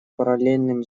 параллельным